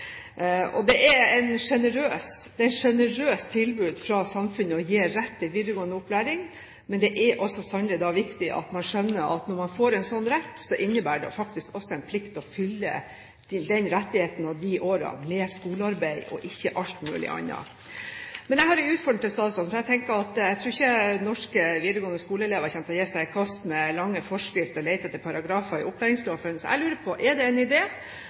Det er et sjenerøst tilbud fra samfunnet å gi rett til videregående opplæring, men det er sannelig også viktig at man skjønner at når man får en slik rett, innebærer det faktisk en plikt til å fylle den rettigheten og de årene med skolearbeid og ikke alt mulig annet. Jeg har en utfordring til statsråden, for jeg tror ikke at norske elever i videregående skole kommer til å gi seg i kast med lange forskrifter og lete etter paragrafer i opplæringsloven. Jeg lurer på: Er det en